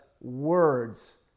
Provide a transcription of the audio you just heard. words